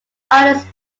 artists